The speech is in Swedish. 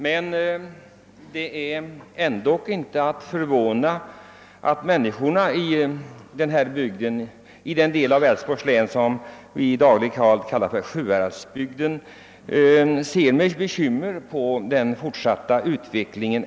Men det är inte förvånande att människor i den del av Älvsborgs län som i dagligt tal kallas för Sjuhäradsbygden ändock med bekymmer ser på den fortsatta utvecklingen.